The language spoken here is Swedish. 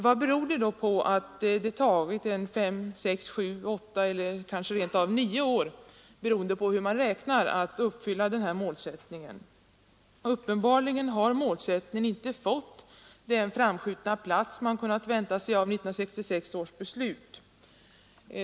Vad beror det då på att det tar fem, sex, sju, åtta eller kanske rentav nio år — beroende på hur man räknar och om man avser TV eller ljudradio — att uppfylla den målsättningen? Uppenbarligen har målsättningen inte fått den framskjutna plats man kunnat vänta sig av 1966 års beslut.